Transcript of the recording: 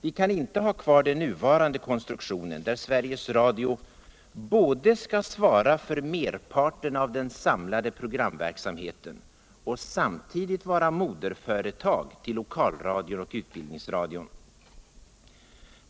Vi kan inte ha kvar den nuvarande konstruktionen där Sveriges Radio både skall svara för merparten av den samlade programverksamheten och samtidigt vara moderföretag till lokalradion och utbildningsradion.